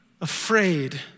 afraid